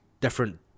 different